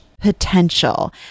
potential